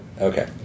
Okay